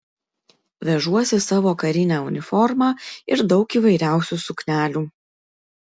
vežuosi savo karinę uniformą ir daug įvairiausių suknelių